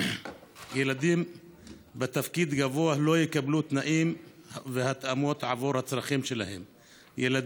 ילדים בתפקוד גבוה לא יקבלו תנאים והתאמות עבור הצרכים שלהם,